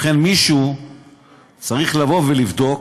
לכן, מישהו צריך לבדוק,